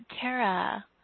Tara